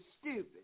stupid